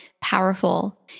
powerful